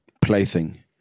plaything